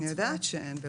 אני יודעת שאין.